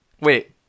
wait